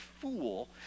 fool